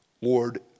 Lord